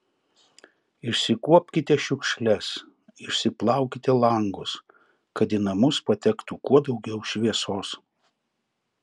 išsikuopkite šiukšles išsiplaukite langus kad į namus patektų kuo daugiau šviesos